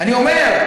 אני אומר,